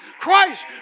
Christ